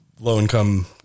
low-income